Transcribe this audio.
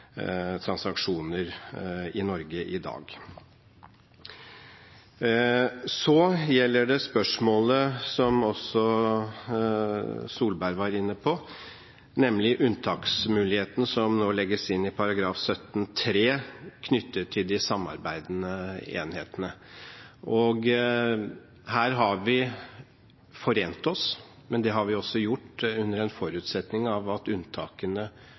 transaksjoner i Norge i dag. Så gjelder det spørsmålet som også Tvedt Solberg var inne på, nemlig unntaksmuligheten som nå legges inn i § 17-3, knyttet til de samarbeidende enhetene. Her har vi forent oss, men det har vi gjort under forutsetning av at unntakene